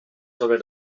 sobre